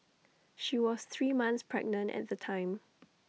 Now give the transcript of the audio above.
she was three months pregnant at the time